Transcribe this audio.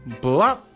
Blah